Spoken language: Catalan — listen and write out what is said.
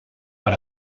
per